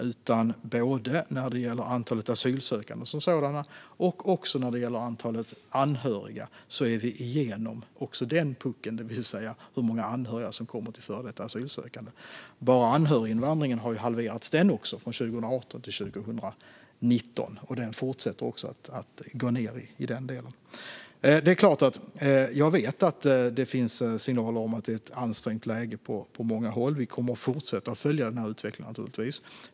För både antalet asylsökande och antalet anhöriga är vi igenom också den puckeln, det vill säga hur många anhöriga som ansluter sig till före detta asylsökande. Anhöriginvandringen har halverats från 2018 till 2019, och den fortsätter att minska. Jag vet att det finns signaler om att det är ett ansträngt läge på många håll. Regeringen kommer naturligtvis att fortsätta att följa utvecklingen.